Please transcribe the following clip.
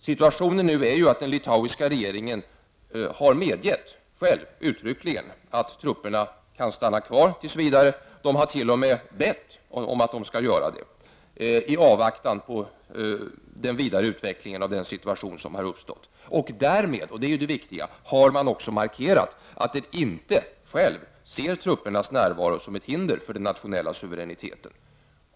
Situationen nu är att den litauiska regeringen själv uttryckligen har medgett att trupperna tills vidare kan stanna kvar. Den litauiska regeringen har t.o.m. bett om att de skall stanna kvar i avvaktan på den vidare utvecklingen av den situation som har uppstått. Och därmed, vilket är det viktiga, har den litauiska regeringen markerat att den inte själv ser truppernas närvaro som ett hinder för den nationella suveräniteten.